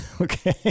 Okay